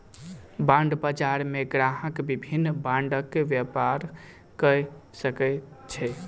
bond बजार मे ग्राहक विभिन्न बांडक व्यापार कय सकै छै